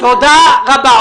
תודה רבה.